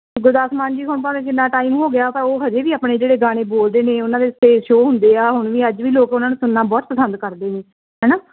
ਗੁਰਦਾਸ ਮਾਨ ਜੀ ਹੁਣ ਭਾਵੇਂ ਕਿੰਨਾ ਟਾਈਮ ਹੋ ਗਿਆ ਤਾਂ ਉਹ ਅਜੇ ਵੀ ਆਪਣੇ ਜਿਹੜੇ ਗਾਣੇ ਬੋਲਦੇ ਨੇ ਉਹਨਾਂ ਦੇ ਸਟੇਜ ਸ਼ੋਅ ਹੁੰਦੇ ਆ ਹੁਣ ਵੀ ਅੱਜ ਵੀ ਲੋਕ ਉਹਨਾਂ ਨੂੰ ਸੁਣਨਾ ਬਹੁਤ ਪਸੰਦ ਕਰਦੇ ਨੇ ਹੈ ਨਾ